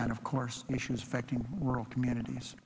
of course issues affecting rural communities